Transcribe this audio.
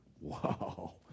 Wow